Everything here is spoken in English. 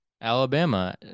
Alabama